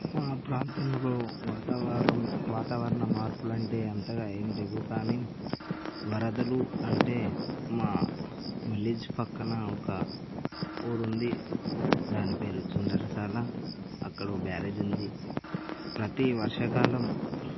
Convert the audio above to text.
మా ప్రాంతంలో వాతావరణం వాతావరణ మార్పులు అంటే అంతగా ఏం లేవు కానీ వరదలు అంటే మా విలేజ్ ప్రక్కన ఒక ఊరు ఉంది దాని పేరు సుందరశాల అక్కడ ఓ బ్యారేజ్ ఉంది ప్రతీ వర్షాకాలం